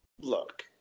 Look